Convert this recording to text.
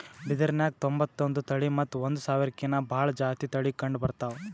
ಬಿದಿರ್ನ್ಯಾಗ್ ತೊಂಬತ್ತೊಂದು ತಳಿ ಮತ್ತ್ ಒಂದ್ ಸಾವಿರ್ಕಿನ್ನಾ ಭಾಳ್ ಜಾತಿ ತಳಿ ಕಂಡಬರ್ತವ್